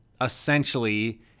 essentially –